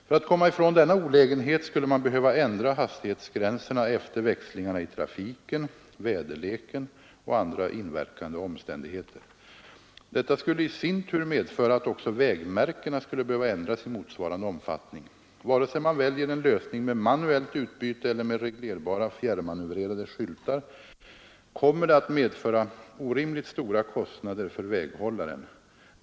För att komma ifrån denna olägenhet skulle man behöva ändra hastighetsgränserna efter växlingarna i trafiken, väderleken och andra inverkande omständigheter. Detta skulle i sin tur medföra att också vägmärkena skulle behöva ändras i motsvarande omfattning. Vare sig man väljer en lösning med manuellt utbyte eller med reglerbara fjärrmanövrerade skyltar kommer det att medföra orimligt stora kostnader för väghållaren.